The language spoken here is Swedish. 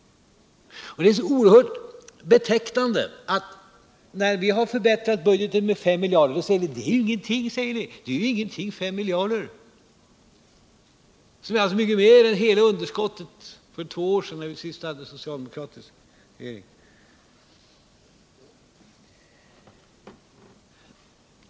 Det är oerhört betecknande att när vi har förbättrat budgeten med 5 miljarder säger ni: 5 miljarder är ju ingenting. Och då är det alltså mycket mer än hela underskottet för två år sedan när vi senast hade socialdemokratisk regering.